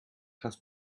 has